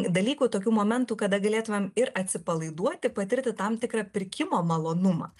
dalykų tokių momentų kada galėtumėm ir atsipalaiduoti patirti tam tikrą pirkimo malonumą